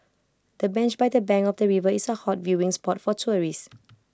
the bench by the bank of the river is A hot viewing spot for tourists